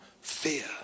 fear